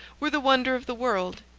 were the wonder of the world.